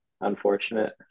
unfortunate